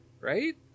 Right